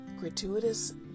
gratuitous